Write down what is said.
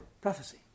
prophecy